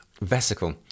Vesicle